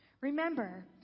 Remember